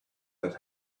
that